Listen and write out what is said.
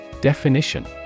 Definition